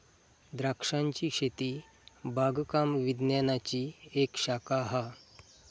द्रांक्षांची शेती बागकाम विज्ञानाची एक शाखा हा